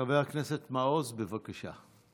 חבר הכנסת מעוז, בבקשה.